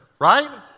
right